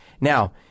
Now